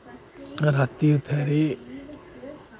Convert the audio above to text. रातीं उत्थै रेह्